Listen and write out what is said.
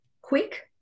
quick